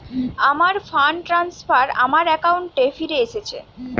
আমার fund transfer আমার অ্যাকাউন্টে ফিরে এসেছে